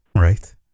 right